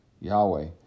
Yahweh